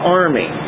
army